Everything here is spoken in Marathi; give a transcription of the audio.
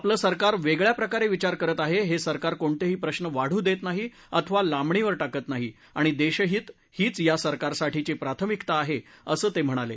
आपलं सरकार वेगळ्या प्रकारे विचार करत आहे हे सरकार कोणतेही प्रश्न वाढू देत नाही अथवा लांबणीवर टाकत नाही आणि देश हित हीच या सरकारसाठीची प्राथमिकता आहे असं ते म्हणाले